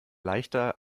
leichter